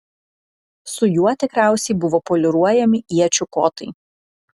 su juo tikriausiai buvo poliruojami iečių kotai